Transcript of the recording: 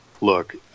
look